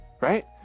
right